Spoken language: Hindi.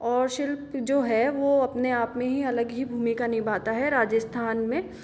और शिल्प जो है वो अपने आप में ही अलग ही भूमिका निभाता है राजस्थान में